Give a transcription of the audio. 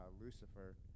Lucifer